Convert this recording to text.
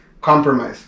Compromise